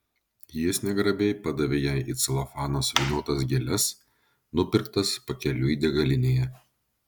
jis negrabiai padavė jai į celofaną suvyniotas gėles nupirktas pakeliui degalinėje